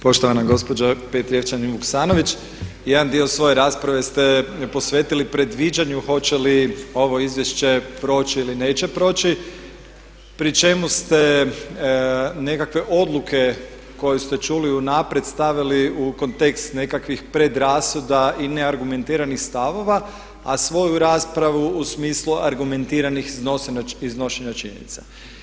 Poštovana gospođo Petrijevčanin Vuksanović jedan dio svoje rasprave ste posvetili predviđanju hoće li ovo izvješće proći ili neće proći pri čemu ste nekakve odluke koje ste čuli i unaprijed stavili u kontekst nekakvih predrasuda i neargumentiranih stavova a svoju raspravu u smislu argumentiranih iznošenja činjenica.